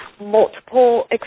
multiple